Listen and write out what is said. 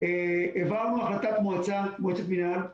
העברנו החלטת מועצת המנהל,